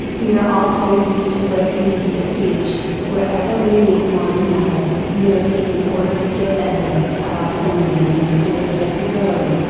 we are all so used to breaking into speech, wherever we meet one another, merely in order to give evidence of our friendliness and accessibility,